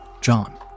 John